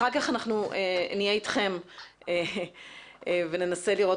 אחר כך אנחנו נהיה אתכם וננסה לראות